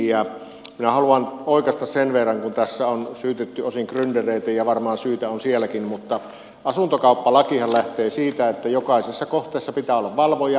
minä haluan oikaista sen verran kun tässä on syytetty osin gryndereitä ja varmaan syytä on sielläkin mutta asuntokauppalakihan lähtee siitä että jokaisessa kohteessa pitää olla valvoja